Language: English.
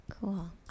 Cool